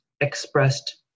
expressed